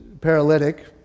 paralytic